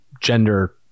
gender